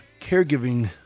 caregiving